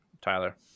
Tyler